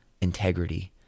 integrity